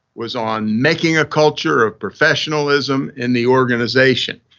was on making a culture of professionalism in the organization.